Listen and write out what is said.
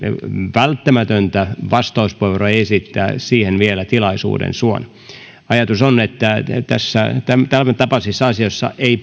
välttämätöntä vastauspuheenvuoro esittää siihen vielä tilaisuuden suon ajatus on että tämäntapaisissa asioissa ei